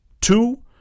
Two